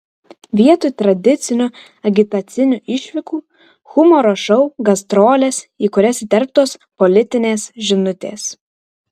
vietoj tradicinių agitacinių išvykų humoro šou gastrolės į kurias įterptos politinės žinutės